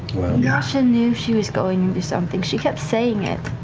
yasha knew she was going into something, she kept saying it.